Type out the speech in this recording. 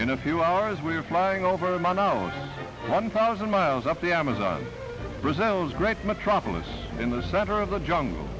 in a few hours we're flying over a monolith one thousand miles up the amazon brazil's great metropolis in the center of the jungle